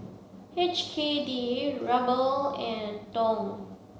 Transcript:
H K D Ruble and Dong